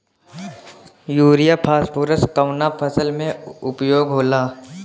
Urea phosphorus कवना फ़सल में उपयोग होला?